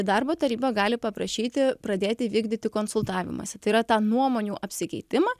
darbo taryba gali paprašyti pradėti vykdyti konsultavimąsi tai yra tą nuomonių apsikeitimą